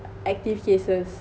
active cases